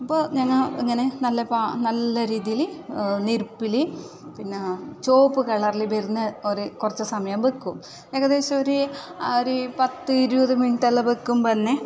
അപ്പം ഞങ്ങൾ ഇങ്ങനെ നല്ല പ നല്ല രീതിയിൽ ഞെരുപ്പില് പിന്നെ ചുവപ്പ് കളറില് വരുന്ന ഒര് കുറച്ച് സമയം വയ്ക്കും ഏകദേശം ഒര് പത്ത് ഇരുപത് മിനിറ്റെല്ലാം വയ്ക്കുമ്പോൾ തന്നെ